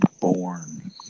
born